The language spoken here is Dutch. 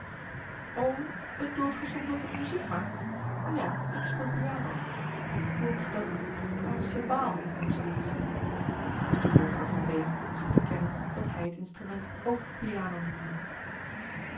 bedoelt ge soms of ik muziek maak ja ik speel piano of hoe noemt ge dat klavecimbaal of zoo iets de jouker van beem gaf te kennen dat hij het instrument ook piano noemde